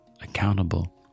accountable